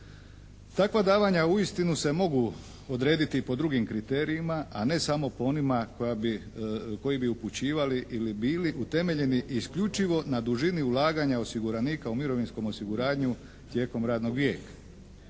Takva davanja uistinu se mogu odrediti i po drugim kriterijima a ne samo po onima koji bi upućivali ili bili utemeljeni isključivo na dužini ulaganja osiguranika u mirovinskom osiguranju tijekom radnog vijeka.